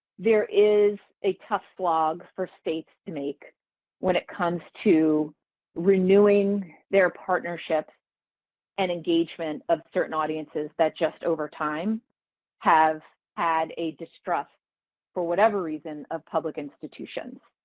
there is a tough slog for states to make when it comes to renewing their partnerships and engagement of certain audiences that just over time have had a distrust for whatever reason of public institutions.